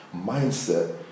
mindset